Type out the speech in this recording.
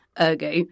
ergo